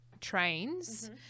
trains